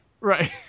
right